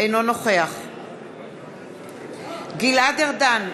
אינו נוכח גלעד ארדן,